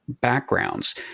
backgrounds